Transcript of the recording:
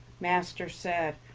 master said,